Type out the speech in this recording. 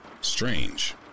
Strange